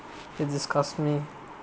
it disgusts me